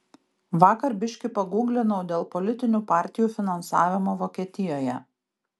vakar biški pagūglinau dėl politinių partijų finansavimo vokietijoje